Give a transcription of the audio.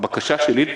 הבקשה שלי לפחות,